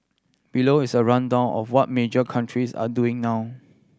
below is a rundown of what major countries are doing now